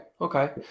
Okay